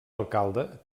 alcalde